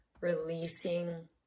releasing